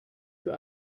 für